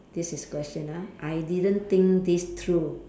this is question ah I didn't think this through